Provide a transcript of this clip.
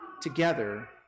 together